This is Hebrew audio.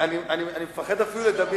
הוא לא רוצה.